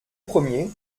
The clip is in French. premier